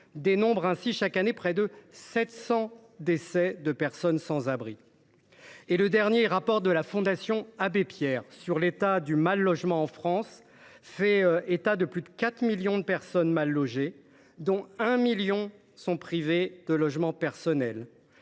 dénombre chaque année près de 700 décès de personnes sans abri. Le dernier rapport de la Fondation Abbé Pierre sur l’état du mal logement en France fait quant à lui état de plus de 4 millions de personnes mal logées, dont 1 million sont privées de logement personnel.